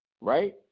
right